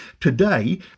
Today